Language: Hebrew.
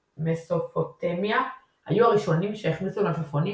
מסופוטמיה היו הראשונים שהחמיצו מלפפונים,